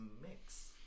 mix